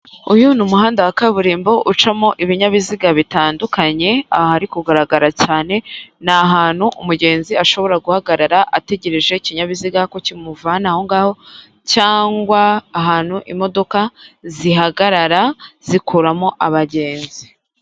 Uyu ni umuhanda wa kaburimbo ucamo ibinyabiziga bitandukanye, aha hari kugaragara cyane ni ahantu umugenzi ashobora guhagarara ategereje ikinyabiziga ko kimuvana aho ngaho, cyangwa ahantu imodoka zihagarara gikuramo abagenzi.